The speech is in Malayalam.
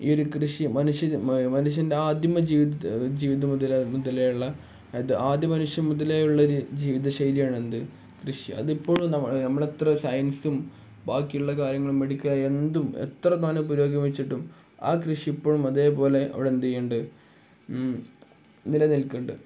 ഈ ഒരു കൃഷി മനുഷ്യൻ്റെ ആദിമ ജീവിത മുതലേയുള്ള അത് ആദ്യമ മനുഷ്യ മുതയലേയുള്ളൊരു ജീവിതശൈലിയാണ് എന്ത് കൃഷി അതിപ്പോഴും നമ്മളെത്ര സയൻസും ബാക്കിയുള്ള കാര്യങ്ങളും മെഡിക്കല എന്തും എത്രക്കാനും പുരോഗമിച്ചിട്ടും ആ കൃഷി ഇപ്പോഴും അതേപോലെ അവിടെ എന്തു ചെയ്യുന്നുണ്ട് നിലനിൽക്കുന്നുണ്ട്